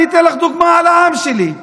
אני אתן לך דוגמה על העם שלי.